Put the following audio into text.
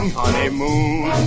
honeymoon